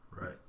Right